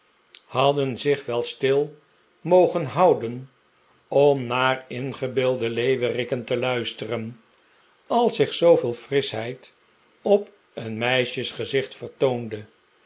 hadden zich wel stil mogen houden om naar ingebeelde leeuweriken te luisteren als zich zooveel frischheid op een meisjesgezicht vertoonde